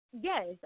Yes